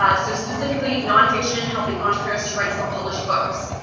ah so, specifically nonfiction, and helping entrepreneurs to write-self published books.